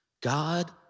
God